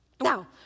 Now